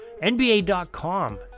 NBA.com